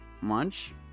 Munch